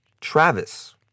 Travis